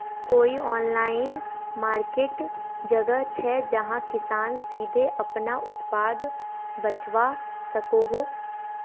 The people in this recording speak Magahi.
कोई ऑनलाइन मार्किट जगह छे जहाँ किसान सीधे अपना उत्पाद बचवा सको हो?